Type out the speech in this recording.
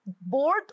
board